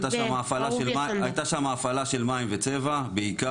הייתה שמה הפעלה של מים וצבע בעיקר.